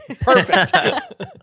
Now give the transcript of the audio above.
Perfect